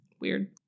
Weird